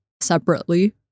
separately